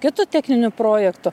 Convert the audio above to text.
kitu techniniu projektu